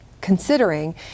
considering